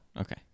Okay